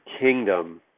kingdom